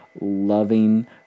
loving